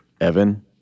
Evan